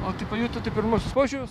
o tai pajutote pirmuosius požymius